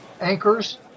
anchors